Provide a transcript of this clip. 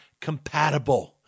compatible